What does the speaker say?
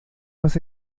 más